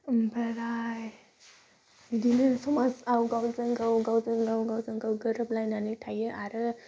आमफ्राय बिदिनो जमा आव गावजों गाव गावजों गाव गोरोबलायनानै थायो आरो